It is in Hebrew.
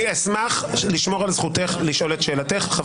אני אשמח לשמור על זכותך לשאול את שאלתך.